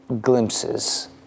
glimpses